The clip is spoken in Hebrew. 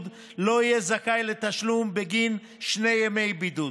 לא יהיה זכאי לתשלום בגין שני ימי בידוד,